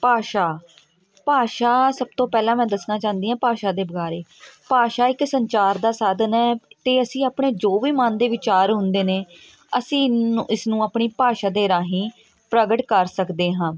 ਭਾਸ਼ਾ ਭਾਸ਼ਾ ਸਭ ਤੋਂ ਪਹਿਲਾਂ ਮੈਂ ਦੱਸਣਾ ਚਾਹੁੰਦੀ ਹਾਂ ਭਾਸ਼ਾ ਦੇ ਬਾਰੇ ਭਾਸ਼ਾ ਇੱਕ ਸੰਚਾਰ ਦਾ ਸਾਧਨ ਹੈ ਅਤੇ ਅਸੀਂ ਆਪਣੇ ਜੋ ਵੀ ਮਨ ਦੇ ਵਿਚਾਰ ਹੁੰਦੇ ਨੇ ਅਸੀਂ ਨ ਇਸਨੂੰ ਆਪਣੀ ਭਾਸ਼ਾ ਦੇ ਰਾਹੀਂ ਪ੍ਰਗਟ ਕਰ ਸਕਦੇ ਹਾਂ